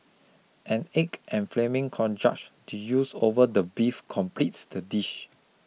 an egg and flaming cognac doused over the beef completes the dish